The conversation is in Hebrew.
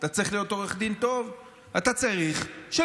אתה צריך להיות עורך דין טוב,